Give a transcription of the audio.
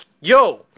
yo